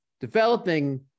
developing